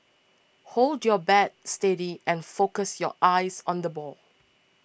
hold your bat steady and focus your eyes on the ball